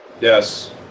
Yes